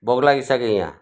भोक लागिसक्यो यहाँ